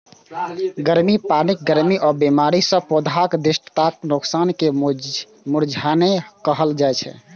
गर्मी, पानिक कमी या बीमारी सं पौधाक दृढ़ताक नोकसान कें मुरझेनाय कहल जाइ छै